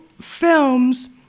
films